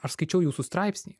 aš skaičiau jūsų straipsnį